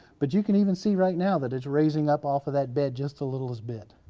but you can even see right now that it's raising up off of that bed just the littlest bit.